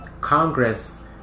Congress